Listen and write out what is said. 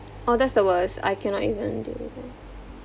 oh that's the worst I cannot even deal with it